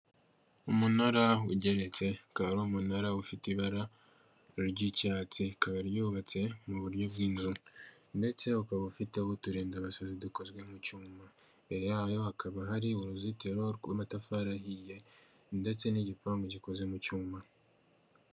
Umunara ugeretse, ukaba ari umunara ufite ibara ry'icyatsi, rikaba ryubatse mu buryo bw'inzu, ndetse ukaba ufite uturindabasazi dukozwe mu cyuma, imbere yayo hakaba hari uruzitiro rw'amatafari ahiye, ndetse n'igipangu gikoze mu cyuma.